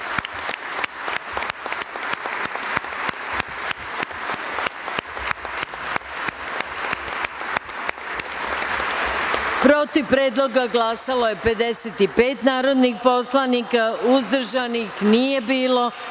predloga glasalo je 55 narodnih poslanika, uzdržanih nije